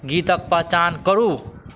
गीतक पहचान करू